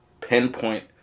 pinpoint